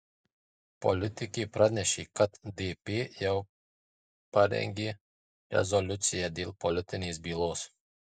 politikė pranešė kad dp jau parengė rezoliuciją dėl politinės bylos